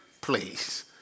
please